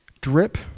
drip